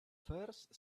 first